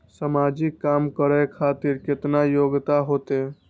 समाजिक काम करें खातिर केतना योग्यता होते?